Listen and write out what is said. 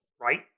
Right